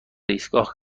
ایستگاه